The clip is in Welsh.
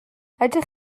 ydych